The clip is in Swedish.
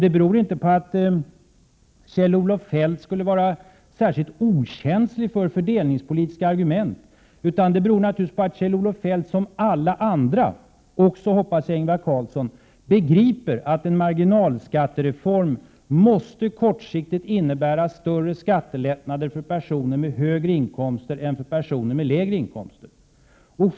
Det beror inte på att Kjell-Olof Feldt skulle vara särskilt okänslig för fördelningspolitiska argument, utan det beror naturligtvis på att Kjell-Olof Feldt, som alla andra — också Ingvar Carlsson, hoppas jag — begriper att en marginalskattereform måste kortsiktigt innebära större skattelättnader för personer med högre inkomster än för personer med lägre inkomster.